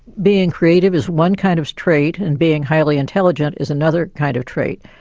being creative is one kind of trait and being highly intelligent is another kind of trait.